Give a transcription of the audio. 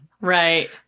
Right